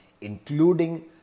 including